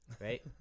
right